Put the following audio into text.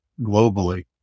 globally